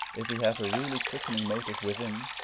if he have a really quickening motive within,